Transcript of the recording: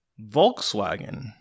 Volkswagen